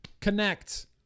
connect